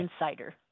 Insider